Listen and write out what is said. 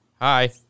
Hi